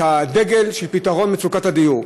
את הדגל של פתרון מצוקת הדיור,